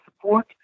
support